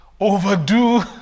Overdue